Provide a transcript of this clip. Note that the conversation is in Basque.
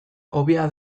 hobea